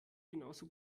genauso